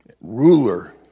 ruler